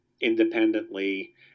independently